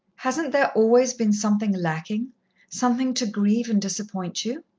hasn't there always been something lacking something to grieve and disappoint you?